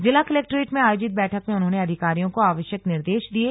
जिला कलेक्टरेट में आयोजित बैठक में उन्होंने अधिकारियों को आवश्यक निर्देश दिये